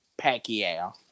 Pacquiao